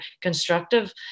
constructive